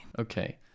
Okay